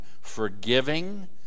forgiving